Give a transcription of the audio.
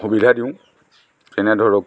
সুবিধা দিওঁ যেনে ধৰক